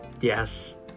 Yes